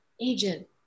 agent